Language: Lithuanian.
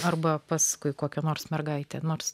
arba paskui kokia nors mergaitė nors